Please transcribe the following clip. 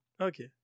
Okay